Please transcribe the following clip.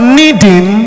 needing